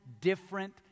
different